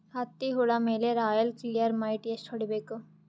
ಹತ್ತಿ ಹುಳ ಮೇಲೆ ರಾಯಲ್ ಕ್ಲಿಯರ್ ಮೈಟ್ ಎಷ್ಟ ಹೊಡಿಬೇಕು?